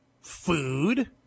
food